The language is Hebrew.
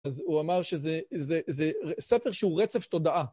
אז הוא אמר שזה, זה... זה ספר שהוא רצף תודעה.